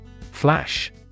Flash